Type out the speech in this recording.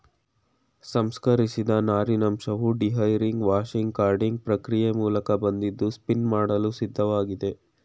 ಸಂಸ್ಕರಿಸಿದ ನಾರಿನಂಶವು dehairing washing carding ಪ್ರಕ್ರಿಯೆ ಮೂಲಕ ಬಂದಿದ್ದು ಸ್ಪಿನ್ ಮಾಡಲು ಸಿದ್ಧವಾಗಿದೆ